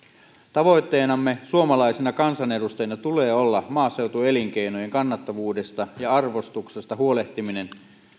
tavoitteenamme suomalaisina kansanedustajina tulee olla maaseutuelinkeinojen kannattavuudesta ja arvostuksesta huolehtiminen